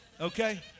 Okay